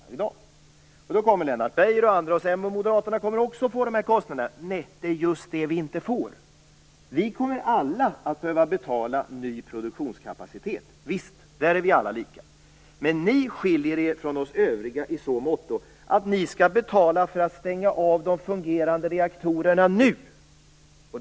Då kommer Lennart Beijer och andra och säger: Moderaterna kommer också att få de här kostnaderna. Nej, det är just det vi inte får! Vi kommer alla att behöva betala ny produktionskapacitet - visst. Där är vi alla lika. Men ni skiljer er från oss övriga i så måtto att ni skall betala för att stänga av de fungerande reaktorerna nu.